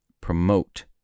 promote